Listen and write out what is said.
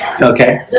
Okay